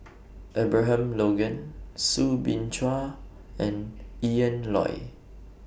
Abraham Logan Soo Bin Chua and Ian Loy